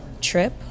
trip